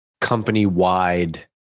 company-wide